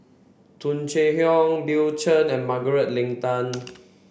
Tung Chye Hong Bill Chen and Margaret Leng Tan